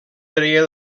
treia